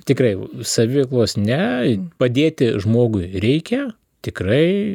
tikrai saviveiklos ne padėti žmogui reikia tikrai